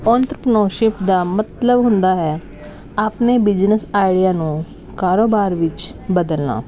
entrepreneurship ਦਾ ਮਤਲਬ ਹੁੰਦਾ ਹੈ ਆਪਣੇ ਬਿਜ਼ਨੇਸ ਆਈਡਿਆ ਨੂੰ ਕਾਰੋਬਾਰ ਵਿੱਚ ਬਦਲਣਾ